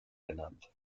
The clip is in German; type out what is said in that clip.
genannt